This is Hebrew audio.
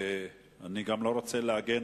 אני גם לא רוצה להגן,